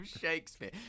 shakespeare